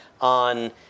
on